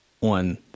on